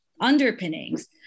underpinnings